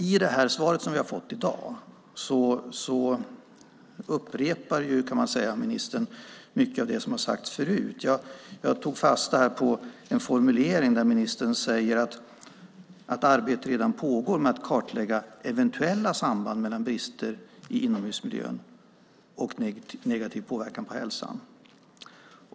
I svaret som vi har fått i dag upprepar ministern mycket av det som har sagts förut. Jag tog fasta på en formulering där ministern säger att arbete redan pågår med att kartlägga eventuella samband mellan brister i inomhusmiljön och negativ påverkan på hälsan.